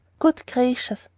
good gracious!